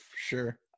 Sure